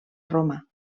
roma